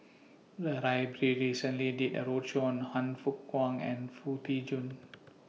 The Library recently did A roadshow on Han Fook Kwang and Foo Tee Jun